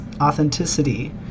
authenticity